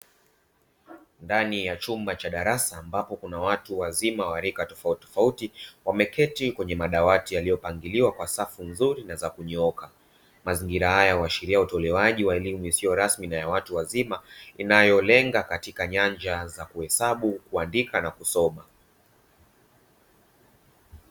Ndani ya chumba cha darasa, kuna watu wazima wazima wa rika tofauti tofauti wameketi kwenye madawati yaliyopangwa kwa mpangiliwa kwa sufu nzuri na za kunyooka . Mazingira haya yanaashiria utolewaji wa elimu isiyo rasmi kwa watu wazima, inayolenga kuongeza ujuzi katika nyanja za kuhesabu, kuandika, na kusoma.